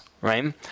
right